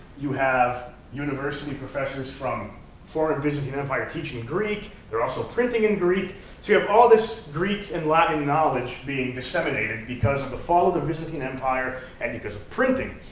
you have university professors from former and byzantine empire teaching greek. they're also printing in greek. so you have all this greek and latin knowledge being disseminated because of the fall of the byzantine empire, and because of printing.